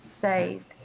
saved